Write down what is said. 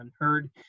unheard